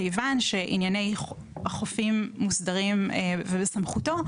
כיוון שענייני החופים מוסדרים והם בסמכותו,